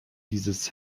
dieses